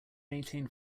maintain